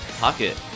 Pocket